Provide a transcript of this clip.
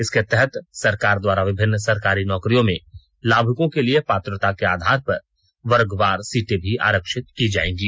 इसके तहत सरकार द्वारा विभिन्न सरकारी नौकरियों में लाभुकों के लिए पात्रता के आधार पर वर्गवार सीटें भी आरक्षित की जाएंगी